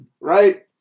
right